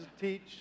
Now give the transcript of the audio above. teach